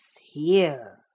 here